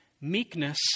meekness